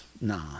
no